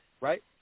right